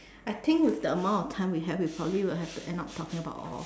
I think with the amount of time we have we probably will have to end up talking about all